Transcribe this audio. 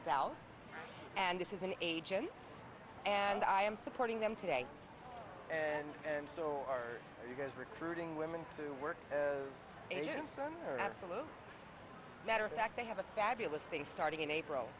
south and this is an agency and i am supporting them today and and so are you guys recruiting women to work and you are absolutely matter of fact they have a fabulous thing starting in april